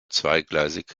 zweigleisig